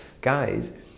guys